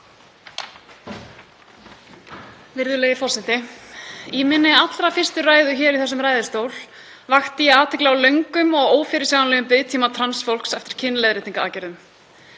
Virðulegi forseti. Í minni allra fyrstu ræðu í þessum ræðustól vakti ég athygli á löngum og ófyrirsjáanlegum biðtíma trans fólks eftir kynleiðréttingaraðgerðum.